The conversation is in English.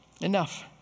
Enough